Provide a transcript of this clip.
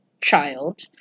child